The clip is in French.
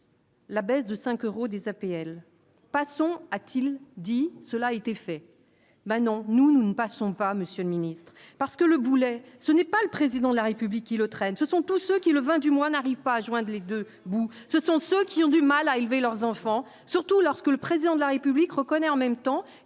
La baisse de 5 euros des APL, passons, a-t-il dit, cela a été fait : ben non, nous nous ne passons pas Monsieur le Ministre, parce que le boulet ce n'est pas le président de la République qui le traîne ce sont tous ceux qui, le 20 du mois n'arrive pas à joindre les 2 bouts, ce sont ceux qui ont du mal à élever leurs enfants, surtout lorsque le président de la République reconnaît en même temps